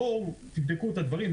אבל בואו תבדקו את הדברים.